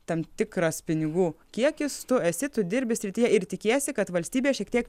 tam tikras pinigų kiekis tu esi tu dirbi srityje ir tikiesi kad valstybė šiek tiek